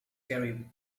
gary